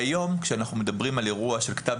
כשאנחנו מדברים היום על אירוע עם כתב